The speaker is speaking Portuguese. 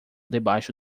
debaixo